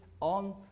on